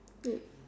lick